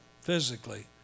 physically